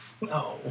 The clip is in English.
No